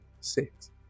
six